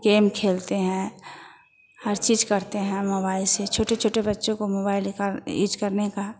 game खेलते हैं हर चीज़ करते हैं मोबाइल से छोटे छोटे बच्चों को मोबाइल का यूज करने का